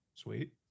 sweet